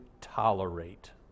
tolerate